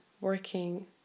working